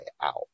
out